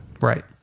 Right